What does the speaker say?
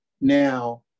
now